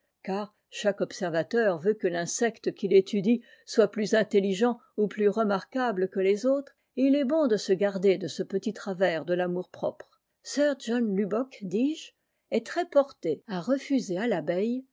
car chaque observateur veut que l'infecte qu'il étudie soit plus intelligent ou plus remarquable que les autres et il est bon de se garder de ce petit travers de l'amour-propre sir john lubbock dis-je est très porté à refuser h tabeille